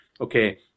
okay